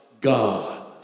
God